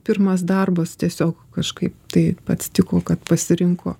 pirmas darbas tiesiog kažkaip taip atsitiko kad pasirinko